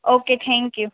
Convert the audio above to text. okay thank you